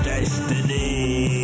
Destiny